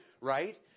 Right